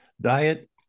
diet